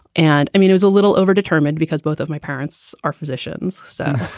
and i mean, i was a little overdetermined because both of my parents are physicians. so